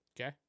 Okay